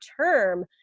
term